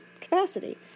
capacity